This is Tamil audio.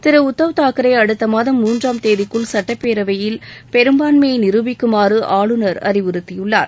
திரு உத்தவ் தாக்கரே அடுத்த மாதம் மூன்றாம் தேதிக்குள் சட்டப்பேரவையில் பெரும்பான்மையை நிரூபிக்குமாறு ஆளுநர் அறிவுறுத்தியுள்ளார்